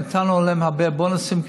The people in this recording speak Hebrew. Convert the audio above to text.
נתנו להם הרבה בונוסים,